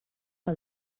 que